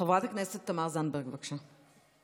חברת הכנסת תמר זנדברג, בבקשה.